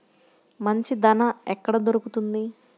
మంచి దాణా ఎక్కడ దొరుకుతుంది?